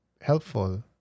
helpful